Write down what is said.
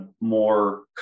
more